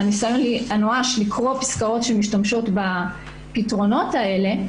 הניסיון הנואש לקרוא פסקאות שמשתמשות בפתרונות האלה,